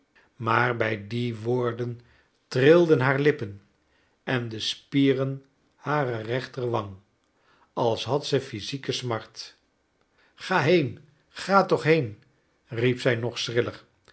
maar bij die woorden trilden haar lippen en de spieren harer rechter wang als had ze physieke smart ga heen ga toch heen riep zij nog schriller